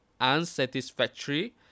unsatisfactory